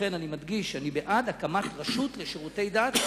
לכן אני מדגיש שאני בעד הקמת רשות לשירותי דת,